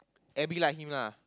Abby like him lah